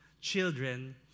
children